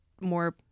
more